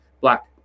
black